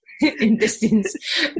Intestines